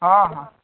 ହଁ ହଁ